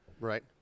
right